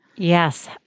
Yes